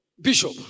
Bishop